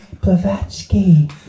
Blavatsky